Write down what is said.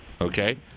Okay